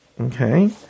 okay